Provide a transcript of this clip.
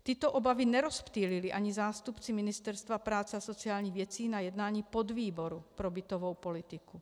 Tyto obavy nerozptýlili ani zástupci Ministerstva práce a sociálních věcí na jednání podvýboru pro bytovou politiku.